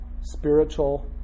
spiritual